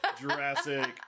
Jurassic